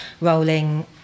rolling